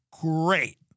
great